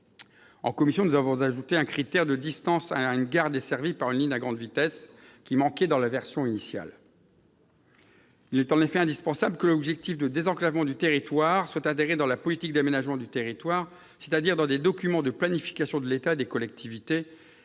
En commission, nous avons ajouté un critère de distance à une gare desservie par une ligne à grande vitesse. Il est en effet indispensable que l'objectif de désenclavement du territoire soit intégré dans la politique d'aménagement du territoire, c'est-à-dire dans les documents de planification de l'État et des collectivités,